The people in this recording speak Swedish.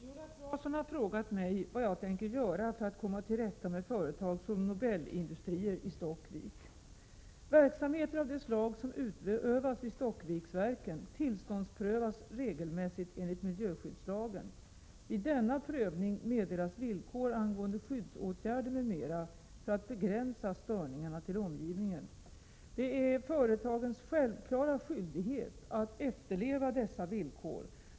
Fru talman! Viola Claesson har frågat mig vad jag tänker göra för att komma till rätta med företag som Nobel Industrier i Stockvik. Verksamheter av det slag som utövas vid Stockviksverken tillståndsprövas regelmässigt enligt miljöskyddslagen. Vid denna prövning meddelas villkor angående skyddsåtgärder m.m. för att begränsa störningarna till omgivningen. Det är företagens självklara skyldighet att efterleva dessa villkor.